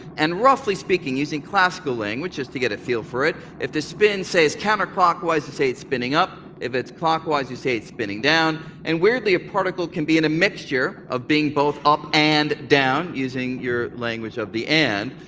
and roughly speaking, using classical language to get a feel for it, if the spin, say, is counterclockwise, you say it's spinning up. if it's clockwise, you say it's spinning down. and weirdly, a particle can be in a mixture of being both up and down, using your language of the and.